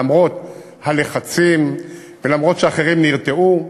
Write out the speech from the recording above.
למרות הלחצים ולמרות שאחרים נרתעו.